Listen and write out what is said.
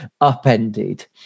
upended